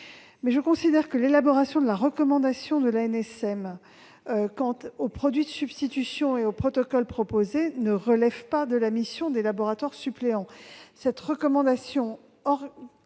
mais je considère que l'élaboration de la recommandation de l'ANSM quant aux produits de substitution et au protocole proposé ne relève pas de la mission des laboratoires suppléants. Cette recommandation organise